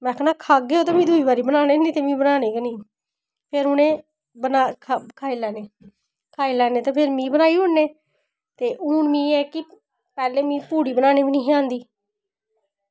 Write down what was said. ते में आक्खेआ खागे गै नेईं ते में दूई बारी बनाने गै नेईं ते फिर उनें खाई लैने खाई लैने ते फिर में बनाई लैने ते हून मिगी एह्की पैह्लें मिगी पूड़ी बनाना निं ही आंदी